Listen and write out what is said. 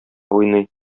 уйный